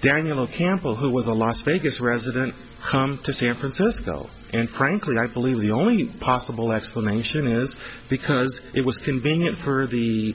daniel campbell who was a las vegas resident to san francisco and cranky and i believe the only possible explanation is because it was convenient for the